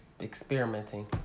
experimenting